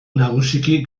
nagusiki